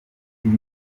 ibi